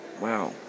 Wow